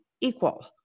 equal